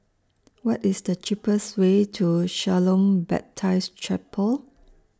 What IS The cheapest Way to Shalom Baptist Chapel